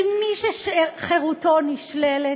כי מי שחירותו נשללת,